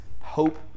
hope